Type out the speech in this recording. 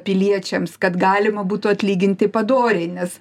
piliečiams kad galima būtų atlyginti padoriai nes